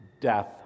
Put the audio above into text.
death